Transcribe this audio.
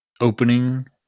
opening